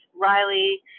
Riley